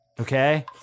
okay